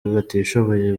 batishoboye